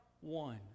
one